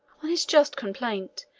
on his just complaint,